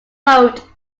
vote